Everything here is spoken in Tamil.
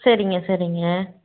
சரிங்க சரிங்க